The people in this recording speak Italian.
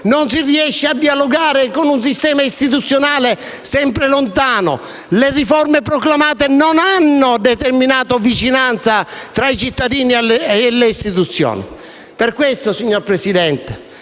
con il sistema bancario e con un sistema istituzionale sempre lontano. Le riforme proclamate non hanno determinato vicinanza tra i cittadini e le istituzioni. Per questo, signor Presidente,